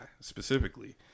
specifically